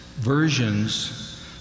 versions